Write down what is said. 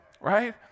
Right